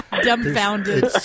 Dumbfounded